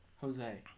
Jose